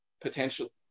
potentially